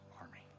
Army